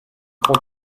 prend